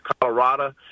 Colorado